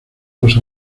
dos